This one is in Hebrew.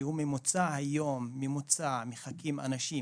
שבממוצע היום מחכים אנשים,